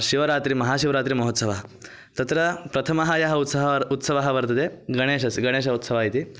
शिवरात्रि महाशिवरात्रिमहोत्सवः तत्र प्रथमः यः उत्सवः उत्सवः वर्तते गणेशस्य गणेशस्य उत्सवः इति